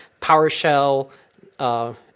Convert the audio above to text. PowerShell